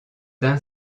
d’un